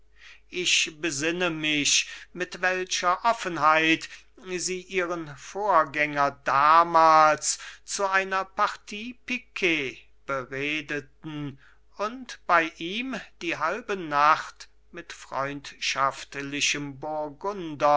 ich besinne mich mit welcher offenheit sie ihren vorgänger damals zu einer partie piquet beredeten und bei ihm die halbe nacht mit freundschaftlichem